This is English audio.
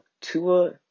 Tua